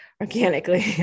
organically